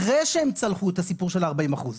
חלק.